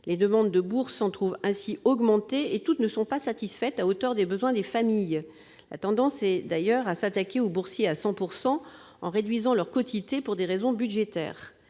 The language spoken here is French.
Les demandes de bourses s'en trouvent ainsi augmentées, et toutes ne sont pas satisfaites à hauteur des besoins. La tendance est d'ailleurs à s'attaquer aux boursiers à 100 % en réduisant leur quotité pour des raisons budgétaires.